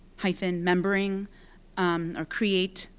hyphen, membering or create,